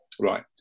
Right